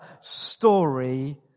story